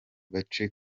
gace